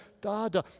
Da-da